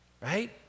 right